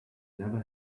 never